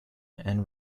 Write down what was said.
and